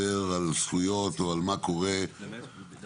ומדבר על זכויות, או על מה קורה בבניין.